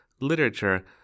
literature